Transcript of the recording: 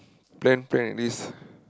plan plan at least